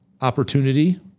opportunity